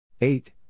Eight